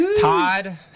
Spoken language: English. Todd